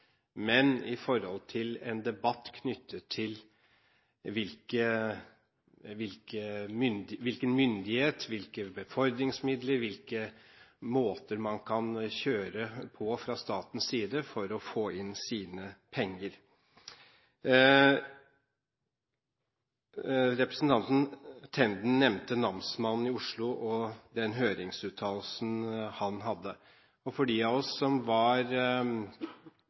men med hensyn til en debatt knyttet til hvilken myndighet, hvilke befordringsmidler, hvilke måter man kan kjøre på fra statens side for å få inn sine penger. Representanten Tenden nevnte namsmannen i Oslo og den høringsuttalelsen han hadde. Jeg må si at det er vel en av de